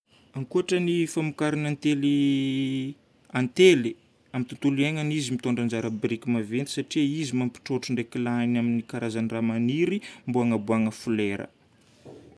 Akoatran'ny famokaran'ny antely antely, amin'ny tontolo iaignana izy mitondra anjara biriky maventy satria izy mampitrôtro ndraiky lahiny amin'ny karazan-draha magniry mba hanaboahana flera.